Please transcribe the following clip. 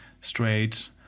straight